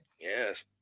Yes